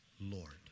Lord